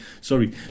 Sorry